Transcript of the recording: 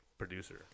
producer